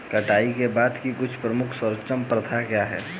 कटाई के बाद की कुछ प्रमुख सर्वोत्तम प्रथाएं क्या हैं?